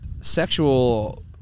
sexual